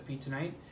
tonight